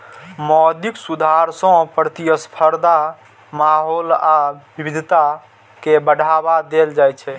मौद्रिक सुधार सं प्रतिस्पर्धी माहौल आ विविधता कें बढ़ावा देल जाइ छै